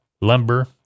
Lumber